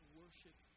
worship